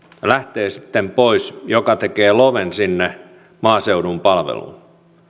lähtee sitten pois mikä tekee loven sinne maaseudun palveluun